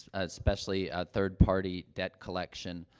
especially, ah, third-party debt collection.